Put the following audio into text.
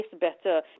better